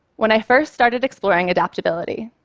when i first started exploring adaptability,